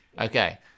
Okay